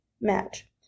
match